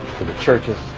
to the churches